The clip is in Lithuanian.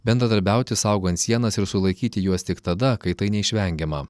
bendradarbiauti saugant sienas ir sulaikyti juos tik tada kai tai neišvengiama